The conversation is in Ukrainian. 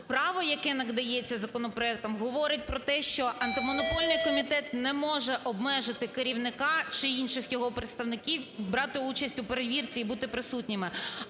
Право, яке надається законопроектом, говорить про те, що Антимонопольний комітет не може обмежити керівника чи інших його представників брати участь у перевірці і бути присутніми.